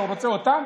שהוא רוצה אותם?